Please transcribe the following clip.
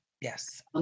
Yes